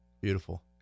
Beautiful